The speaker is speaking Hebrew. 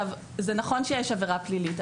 זה נכון שיש עבירה פלילית,